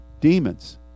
demons